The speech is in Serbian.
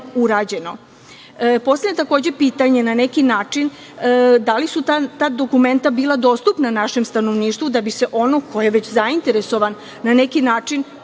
urađeno? Postavljam, takođe, pitanje – da li su ta dokumenta bila dostupna našem stanovništvu da bi se onom ko je već zainteresovan na neki način